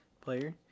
player